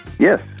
Yes